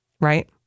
Right